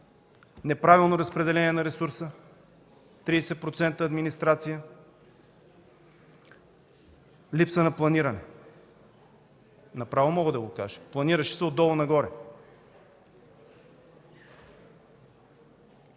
неправилно разпределение на ресурса – 30% администрация, липса на планиране. Направо мога да го кажа: планираше се от долу на горе.